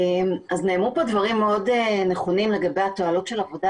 נאמרו פה דברים מאוד נכונים לגבי התועלות של עבודה